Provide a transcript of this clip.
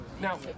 Now